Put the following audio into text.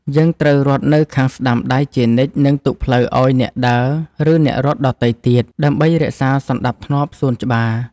យើងត្រូវរត់នៅខាងស្ដាំដៃជានិច្ច និងទុកផ្លូវឱ្យអ្នកដើរ ឬអ្នករត់ដទៃទៀត ដើម្បីរក្សាសណ្ដាប់ធ្នាប់សួនច្បារ។